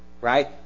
Right